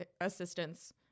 assistance